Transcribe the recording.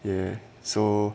ya so